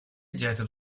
jetted